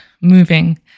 moving